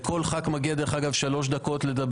כל חבר כנסת יכול להירשם ומגיע לו שלוש דקות לדבר.